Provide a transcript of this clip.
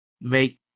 make